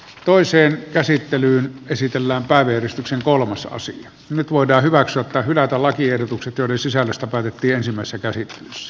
toiseen käsittelyyn esitellään vaan virkistyksen kolmasosa nyt voidaan hyväksyä tai hylätä lakiehdotukset joiden sisällöstä päätettiin sanansa kärki